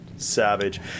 savage